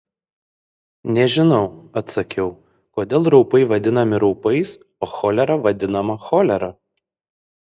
nežinau atsakiau kodėl raupai vadinami raupais o cholera vadinama cholera